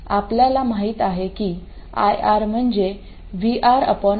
आपल्याला माहित आहे की IR म्हणजे VRR आहे